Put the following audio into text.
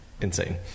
insane